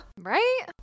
Right